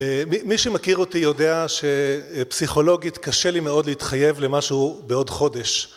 מי שמכיר אותי יודע שפסיכולוגית קשה לי מאוד להתחייב למשהו בעוד חודש